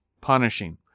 punishing